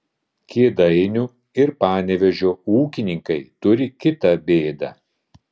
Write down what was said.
kėdainių ir panevėžio ūkininkai turi kitą bėdą